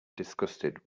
disgusted